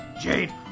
Jade